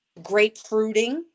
grapefruiting